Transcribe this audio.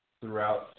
throughout